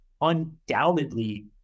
undoubtedly